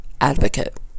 advocate